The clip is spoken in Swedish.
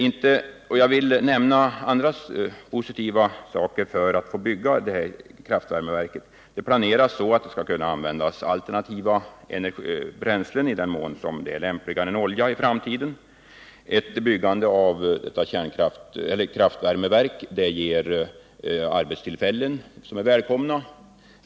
Det finns många andra positiva sidor med att bygga detta kraftvärmeverk. Det planeras så att det skall kunna användas för alternativa bränslen, i den mån sådana är lämpligare än olja i framtiden. Byggnationen ger arbetstillfällen som är välkomna.